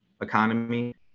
economy